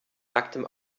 nacktem